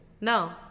No